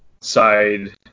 side